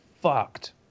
fucked